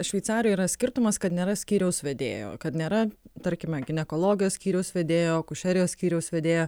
šveicarijoj yra skirtumas kad nėra skyriaus vedėjo kad nėra tarkime ginekologijos skyriaus vedėjo akušerijos skyriaus vedėjo